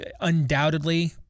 undoubtedly